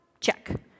check